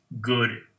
good